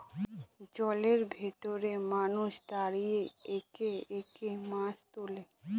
জলের ভেতরে মানুষ দাঁড়িয়ে একে একে মাছ তোলে